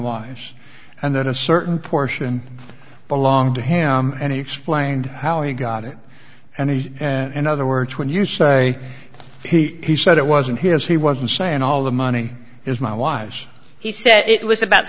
wife and then a certain portion belonged to him and he explained how he got it and in other words when you say he said it wasn't his he wasn't saying all the money is my watch he said it was about